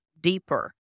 deeper